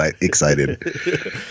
excited